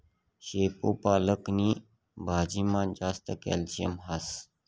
शेपू पालक नी भाजीमा जास्त कॅल्शियम हास